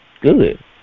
good